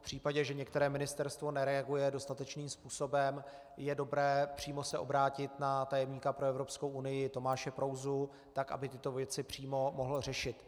V případě, že některé ministerstvo nereaguje dostatečným způsobem, je dobré se přímo obrátit na tajemníka pro Evropskou unii Tomáše Prouzu, tak aby tyto věci přímo mohl řešit.